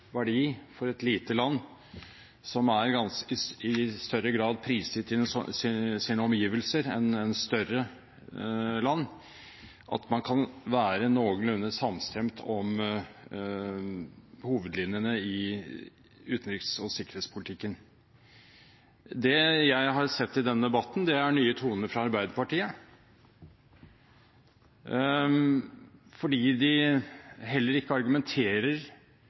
verdi for et lite land – som i større grad enn større land er prisgitt sine omgivelser – at man kan være noenlunde samstemt om hovedlinjene i utenriks- og sikkerhetspolitikken. Det jeg har hørt i denne debatten, er nye toner fra Arbeiderpartiet, fordi de heller ikke argumenterer